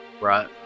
right